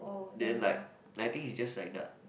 then like I think it's just like that